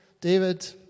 David